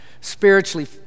spiritually